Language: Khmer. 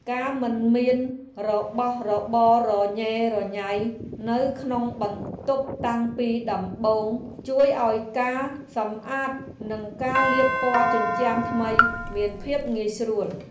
ការមិនមានរបស់របររញ៉េរញ៉ៃនៅក្នុងបន្ទប់តាំងពីដំបូងជួយឱ្យការសម្អាតនិងការលាបពណ៌ជញ្ជាំងថ្មីមានភាពងាយស្រួល។